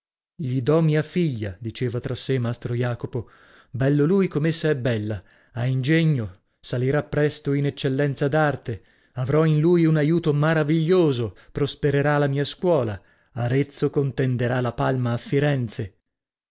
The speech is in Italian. gli dò mia figlia diceva tra sè mastro jacopo bello lui come essa è bella ha ingegno salirà presto in eccellenza d'arte avrò in lui un aiuto maraviglioso prospererà la mia scuola arezzo contenderà la palma a firenze